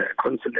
consulate